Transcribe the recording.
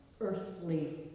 earthly